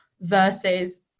versus